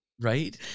Right